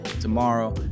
tomorrow